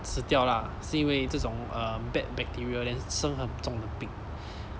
死掉啦是因为这种 err bad bacteria then 生很重的病